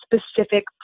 specific